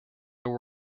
there